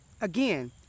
Again